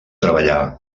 treballà